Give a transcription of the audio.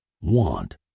want